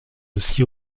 aussi